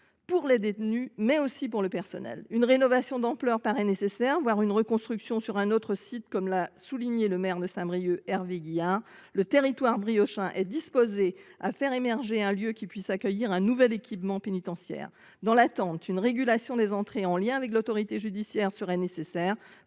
pour les détenus, mais aussi pour le personnel. Une rénovation d'ampleur paraît nécessaire, voire une reconstruction sur un autre site, comme l'a souligné le maire de Saint-Brieuc, Hervé Guihard :« Le territoire briochin est disposé à faire émerger un lieu qui puisse accueillir un nouvel équipement pénitentiaire. » Dans l'attente, une régulation des entrées en lien avec l'autorité judiciaire serait nécessaire